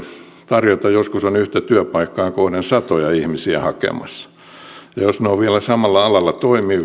tarjota joskus on yhtä työpaikkaa kohden satoja ihmisiä hakemassa ja jos ne ovat vielä samalla alalla toimivia niin